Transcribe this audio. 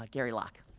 ah gary locke.